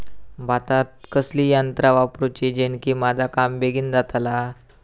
भातात कसली यांत्रा वापरुची जेनेकी माझा काम बेगीन जातला?